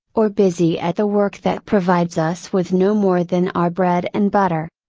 or busy at the work that provides us with no more than our bread and butter.